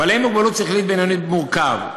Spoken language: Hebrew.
בעלי מוגבלות שכלית בינונית מורכב,